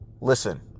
listen